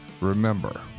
remember